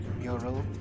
mural